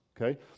Okay